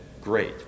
great